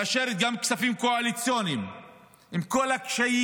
מאשרת גם כספים קואליציוניים עם כל הקשיים